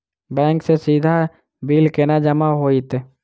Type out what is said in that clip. Bank सँ सीधा bill केना जमा होइत?